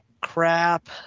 crap